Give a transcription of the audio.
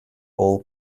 all